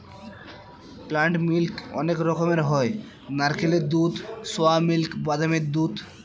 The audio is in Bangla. প্লান্ট মিল্ক অনেক রকমের হয় নারকেলের দুধ, সোয়া মিল্ক, বাদামের দুধ